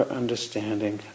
understanding